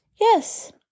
Yes